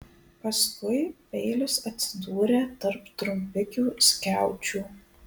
paskui peilis atsidūrė tarp trumpikių skiaučių